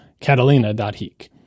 catalina.heek